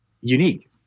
unique